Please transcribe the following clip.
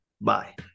Bye